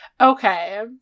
okay